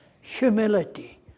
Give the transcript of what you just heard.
humility